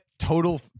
Total